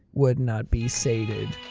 would not be sated!